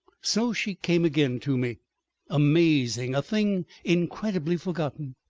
so she came again to me amazing, a thing incredibly forgotten.